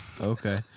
Okay